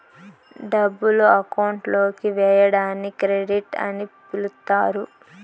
డబ్బులు అకౌంట్ లోకి వేయడాన్ని క్రెడిట్ అని పిలుత్తారు